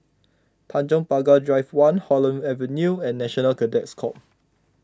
Tanjong Pagar Drive one Holland Avenue and National Cadet Corps